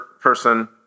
person